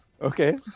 Okay